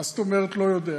מה זאת אומרת "לא יודע"?